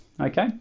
okay